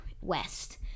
West